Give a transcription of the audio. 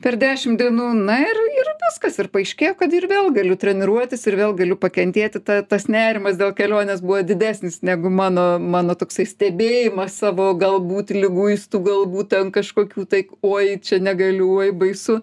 per dešim dienų na ir ir viskas ir paaiškėjo kad ir vėl galiu treniruotis ir vėl galiu pakentėti ta tas nerimas dėl kelionės buvo didesnis negu mano mano toksai stebėjimas savo galbūt liguistų galbūt ten kažkokių tai uoj čia negaliu uoj baisu